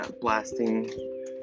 blasting